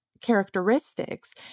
characteristics